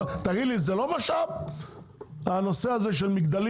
תגיד לי, זה לא משאב הנושא הזה של מגדלים?